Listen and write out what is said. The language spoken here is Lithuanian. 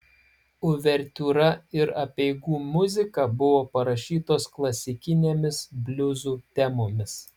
uvertiūra ir apeigų muzika buvo parašytos klasikinėmis bliuzų temomis